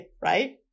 Right